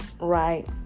right